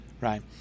right